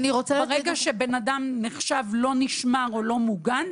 ברגע שאדם נחשב לא נשמר או לא מוגן,